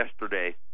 yesterday